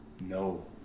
no